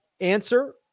Answer